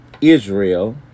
Israel